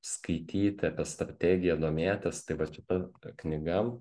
skaityti apie strategiją domėtis tai vat šita knyga